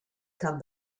come